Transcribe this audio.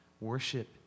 worship